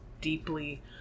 deeply